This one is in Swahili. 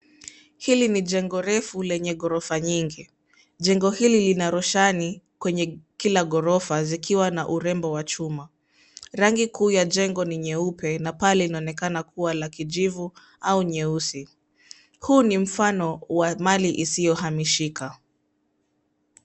Hili ni jengo refu lenye gorofa nyingi. Jengo hili lina roshani kwenye kila gorofa zikiwa na urembo wa chuma. Rangi kuu ya jengo ni nyeupe na paa linaonekana kuwa la kijivu au nyeusi. Huu ni mfano wa mali isiyohamishika.